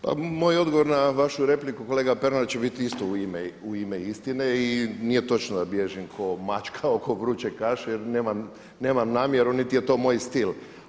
Pa moj odgovor na vašu repliku kolega Pernar će biti isto u ime istine i nije točno da bježim kao mačka oko vruće kaše jer nemam namjeru niti je to moj stil.